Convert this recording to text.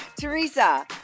Teresa